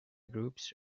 groups